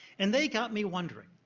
and they got me wondering.